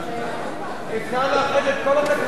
אי-אפשר לאחד שתי הצבעות